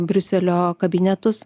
briuselio kabinetus